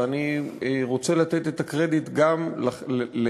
ואני רוצה לתת את הקרדיט גם לך,